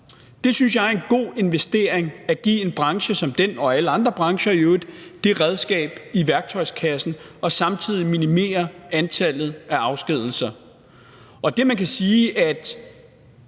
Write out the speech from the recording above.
Det synes jeg er en god investering at give en branche som den og i øvrigt alle andre brancher som et redskab i værktøjskassen og samtidig minimere antallet af afskedigelser.